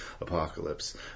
apocalypse